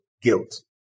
guilt